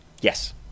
Yes